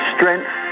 Strength